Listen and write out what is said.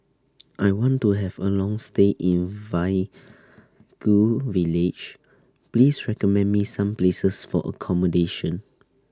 I want to Have A Long stay in Vaiaku Village Please recommend Me Some Places For accommodation